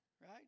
Right